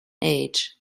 age